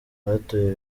batoye